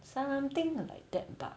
something like that but